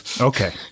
Okay